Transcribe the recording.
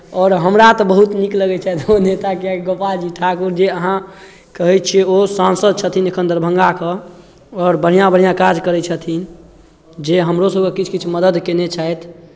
आओर हमरा तऽ बहुत नीक लगैत छथि ओ नेता किआकि गोपाल जी ठाकुर जे अहाँ कहै छियै ओ सांसद छथिन एखन दरभंगाके आओर बढ़िआँ बढ़िआँ काज करै छथिन जे हमरोसभके किछु किछु मदद कयने छथि